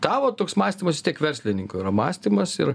tavo toks mąstymas vis tiek verslininko yra mąstymas ir